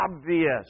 obvious